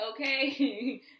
okay